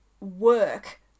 work